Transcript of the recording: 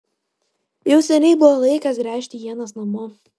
jau seniai buvo laikas gręžti ienas namo